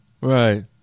Right